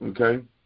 okay